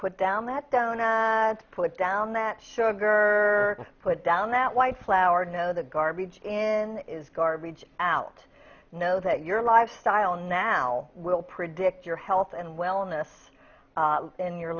put down that down a put down that sugar put down that white flour know the garbage in is garbage out know that your lifestyle now will predict your health and wellness in your